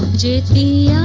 duty